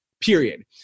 period